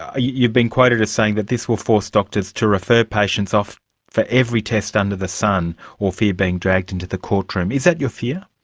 ah you've been quoted as saying that this will force doctors to refer patients off for every test under the sun or fear being dragged into the courtroom. is that your fear?